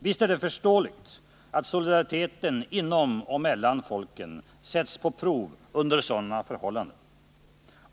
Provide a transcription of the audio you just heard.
Visst är det förståeligt att solidariteten inom och mellan folken sätts på prov under sådana förhållanden.